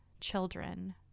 children